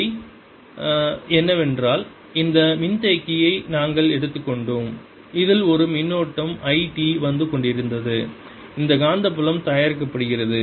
வேறு வழி என்னவென்றால் இந்த மின்தேக்கியை நாங்கள் எடுத்துக்கொண்டோம் அதில் ஒரு மின்னோட்டம் I t வந்து கொண்டிருந்தது இந்த காந்தப்புலம் தயாரிக்கப்படுகிறது